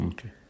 Okay